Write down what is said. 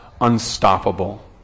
unstoppable